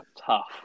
tough